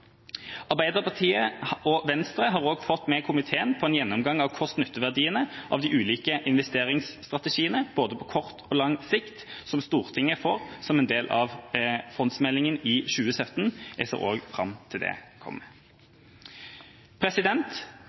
Arbeiderpartiet og Venstre har også fått komiteen med på en gjennomgang av kost–nytte-verdiene av de ulike investeringsstrategiene, både på kort og lang sikt, som Stortinget får som en del av fondsmeldinga i 2017. Jeg ser også fram til at det kommer.